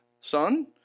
Son